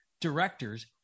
directors